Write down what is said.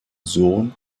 sohn